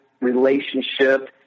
relationship